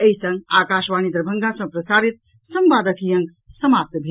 एहि संग आकाशवाणी दरभंगा सँ प्रसारित संवादक ई अक समाप्त भेल